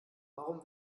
warum